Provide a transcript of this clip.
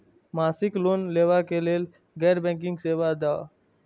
मासिक लोन लैवा कै लैल गैर बैंकिंग सेवा द?